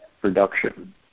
production